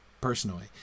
personally